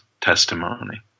testimony